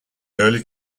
early